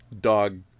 dog